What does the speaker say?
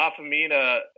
LaFamina